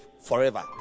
forever